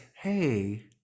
hey